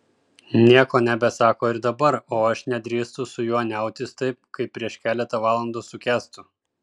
nieko nebesako ir dabar o aš nedrįstu su juo niautis taip kaip prieš keletą valandų su kęstu